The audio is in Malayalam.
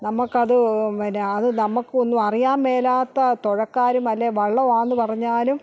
നമുക്ക് അത് പിന്നെ അത് നമുക്ക് ഒന്നും അറിയാൻ മേലാത്ത തുഴക്കാരും അല്ലെ വള്ളമാണെന്ന് പറഞ്ഞാലും